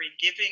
giving